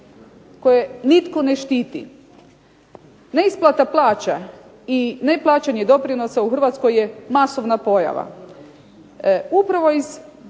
koje nitko ne štiti. Neisplata plaća i neplaćanje doprinosa u Hrvatskoj je masovna pojava. Upravo iz,